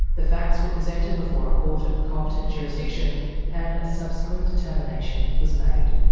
the facts were presented before a court of competent jurisdiction and a subsequent determination was made.